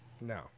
No